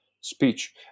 speech